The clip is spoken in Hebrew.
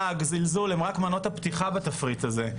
לעג וזלזול הם רק מנות הפתיחה בתפריט הזה.